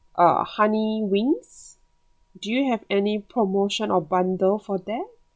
uh honey wings do you have any promotion or bundle for that